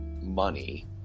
money